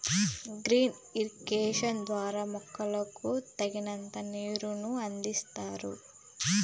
drip irrigation ద్వారా మొక్కకు తగినంత నీరును అందిస్తారు